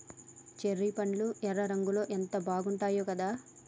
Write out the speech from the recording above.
cherry పండ్లు ఎర్ర రంగులో ఎంత బాగుంటాయో కదా